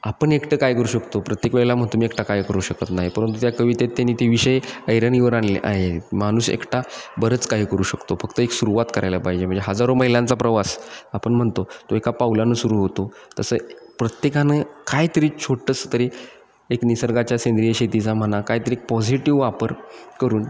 आपण एकटं काय करू शकतो प्रत्येक वेळेला म्हणतो मी एकटा काय करू शकत नाही परंतु त्या कवितेत त्यांनी ते विषय ऐरणीवर आणले आहे माणूस एकटा बरंच काय करू शकतो फक्त एक सुरुवात करायला पाहिजे म्हणजे हजारो मैलांचा प्रवास आपण म्हणतो तो एका पावलानं सुरू होतो तसं प्रत्येकानं कायतरी छोटंसं तरी एक निसर्गाच्या सेंद्रिय शेतीचा म्हणा कायतरी पॉझिटिव्ह वापर करून